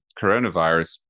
coronavirus